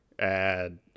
add